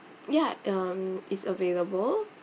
ya um it's available